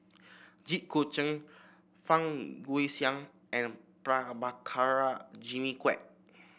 Jit Koon Ch'ng Fang Guixiang and Prabhakara Jimmy Quek